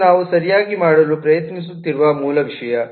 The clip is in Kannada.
ಅದು ನಾವು ಸರಿಯಾಗಿ ಮಾಡಲು ಪ್ರಯತ್ನಿಸುತ್ತಿರುವ ಮೂಲ ವಿಷಯ